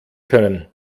können